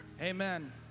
Amen